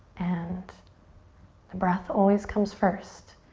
and the breath always comes first.